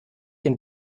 den